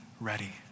ready